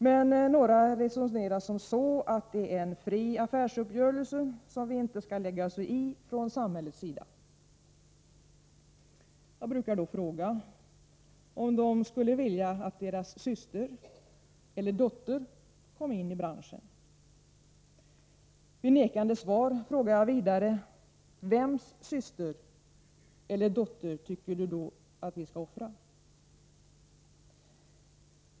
Men några resonerar som så, att det är en fri affärsuppgörelse, som vi inte skall lägga oss i från samhällets sida. Jag brukar då fråga om de skulle vilja att deras syster eller dotter kom in i branschen. Vid nekande svar frågar jag vidare: Vems syster eller dotter tycker du då att vi skall offra?